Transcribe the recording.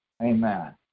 Amen